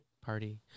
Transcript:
Party